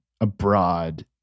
abroad